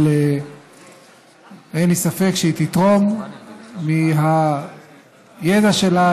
אבל אין לי ספק שהיא תתרום מהידע שלה,